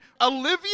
Olivia